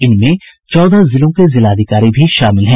इनमें चौदह जिलों के जिलाधिकारी भी शामिल हैं